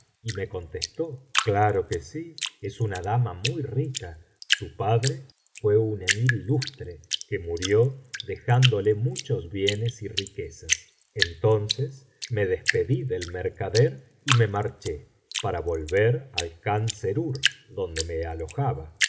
y me contestó claro que sí es una dama muy rica su padre fué un emir ilustre que murió dejándole muchos bienes y riquezas entonces me despedí del mercader y me marché para volver al khan sérur donde me alojaba